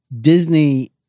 Disney